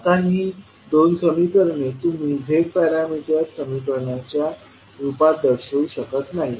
आता ही दोन समीकरणे तुम्ही Z पॅरामीटर समीकरणाच्या रूपात दर्शवू शकत नाही